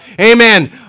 Amen